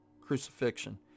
crucifixion